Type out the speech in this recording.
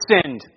sinned